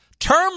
Term